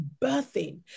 birthing